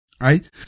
right